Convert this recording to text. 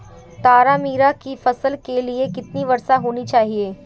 तारामीरा की फसल के लिए कितनी वर्षा होनी चाहिए?